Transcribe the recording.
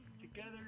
Together